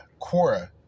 Quora